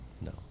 No